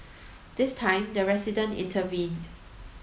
this time the resident intervened